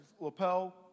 Lapel